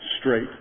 straight